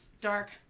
dark